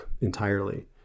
entirely